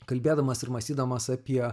kalbėdamas ir mąstydamas apie